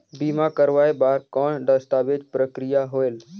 बीमा करवाय बार कौन दस्तावेज प्रक्रिया होएल?